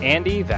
Andy